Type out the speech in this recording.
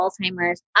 Alzheimer's